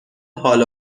حال